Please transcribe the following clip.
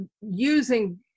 using